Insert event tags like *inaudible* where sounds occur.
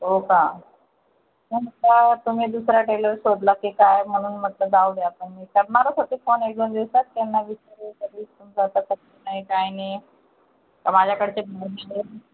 हो का मग म्हटलं तुम्ही दुसरा टेलर शोधला की काय म्हणून म्हटलं जाऊ दे आता मी करणारच होते फोन एक दोन दिवसात पण *unintelligible* तुमचा आता फोन नाही काय नाही माझ्याकडचे *unintelligible*